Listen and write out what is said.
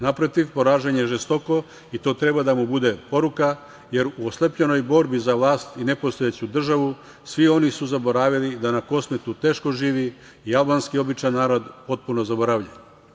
Naprotiv, poražen je žestoko i to treba da mu bude poruka, jer u oslepljenoj borbi za vlast i nepostojeću državu svi oni su zaboravili da na Kosmetu teško živi i albanski običan narod, potpuno zaboravljen.